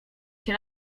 się